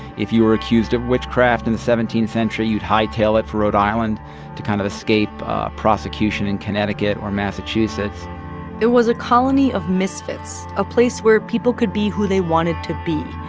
if you were accused of witchcraft in the seventeenth century, you'd hightail it for rhode island to kind of escape prosecution in connecticut or massachusetts it was a colony of misfits, a place where people could be who they wanted to be,